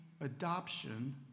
adoption